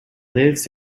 lives